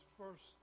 first